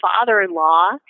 father-in-law